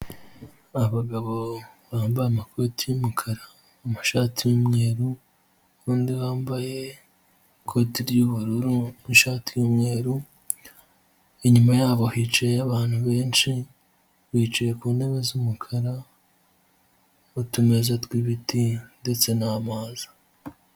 Abagabo bambaye amakoti y'umukara, amashati y'umweru n'undi wambaye ikoti ry'ubururu n'ishati y'umweru, inyuma yabo hicaye abantu benshi bicaye ku ntebe z'umukara n'utumeza tw'ibiti ndetse n'amazi.